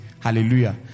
hallelujah